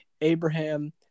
Abraham